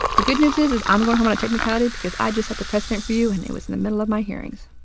the good news is is i'm going home on a technicality because i just set the precedent for you and it was in the middle of my hearings.